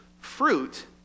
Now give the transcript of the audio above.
Fruit